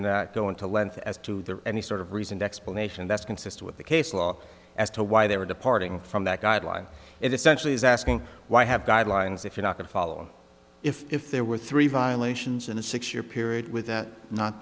in that go into length as to the any sort of reasoned explanation that's consistent with the case law as to why they were departing from that guideline it essentially is asking why have guidelines if you're not going to follow if there were three violations in a six year period with that not